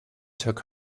took